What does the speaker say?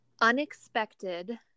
unexpected